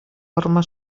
forma